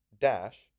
dash